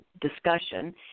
discussion